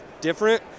different